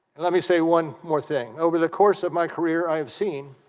and i mean say one more thing over the course of my career i've seen